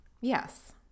Yes